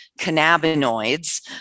cannabinoids